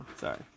Sorry